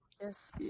Yes